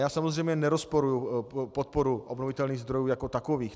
Já samozřejmě nerozporuji podporu obnovitelných zdrojů jako takových.